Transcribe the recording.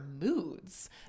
moods